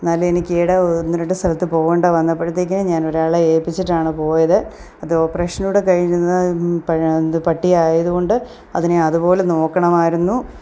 എന്നാലും എനിക്ക് ഇയ്യിടെ ഒന്ന് രണ്ട് സ്ഥലത്തു പോകേണ്ട വന്നപ്പോഴത്തേക്കും ഞാനൊരാളെ ഏല്പിച്ചിട്ടാണ് പോയത് അത് ഓപ്പറേഷൻ കൂടി കഴിഞ്ഞാൽ ന്ത പ പട്ടിയായതുകൊണ്ട് അതിനെ അതുപോലെ നോക്കണമായിരുന്നു